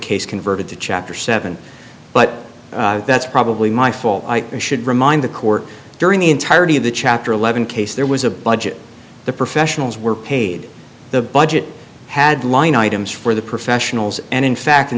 case converted to chapter seven but that's probably my fault i should remind the court during the entirety of the chapter eleven case there was a budget the professionals were paid the budget had line items for the professionals and in fact in